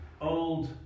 old